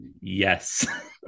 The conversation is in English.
Yes